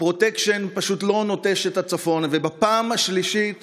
הפרוטקשן פשוט לא נוטש את הצפון ובפעם השלישית